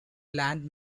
land